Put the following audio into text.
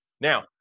Now